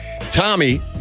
Tommy